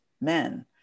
men